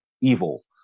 evil